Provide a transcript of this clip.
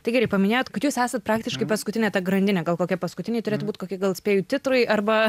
tai gerai paminėjot kad jūs esat praktiškai paskutinė ta grandinė gal kokie paskutiniai turėtų būti kokie gal spėju titrai arba